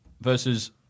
versus